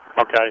Okay